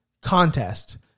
contest